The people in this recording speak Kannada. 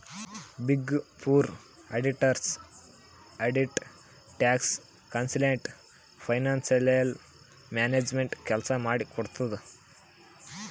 big four auditors audit, tax, consultant, financial management ಕೆಲ್ಸ ಮಾಡಿ ಕೊಡ್ತುದ್